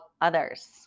others